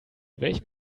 welchem